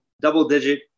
Double-digit